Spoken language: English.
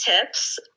tips